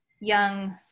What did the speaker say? young